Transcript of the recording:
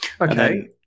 Okay